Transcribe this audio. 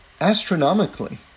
Astronomically